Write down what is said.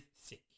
sick